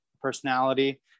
personality